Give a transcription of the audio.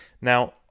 Now